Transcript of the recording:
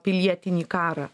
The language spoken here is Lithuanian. pilietinį karą